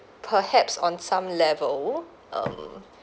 perhaps on some level um